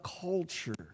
culture